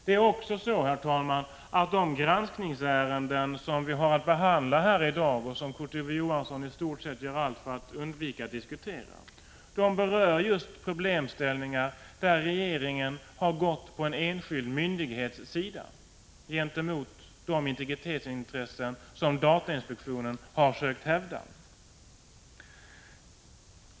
Herr talman! De granskningsärenden som vi har att behandla i dag och som Kurt Ove Johansson gör allt för att undvika att diskutera berör just problemställningar, där regeringen har stått på en enskild myndighets sida gentemot de integritetsintressen som datainspektionen har försökt hävda.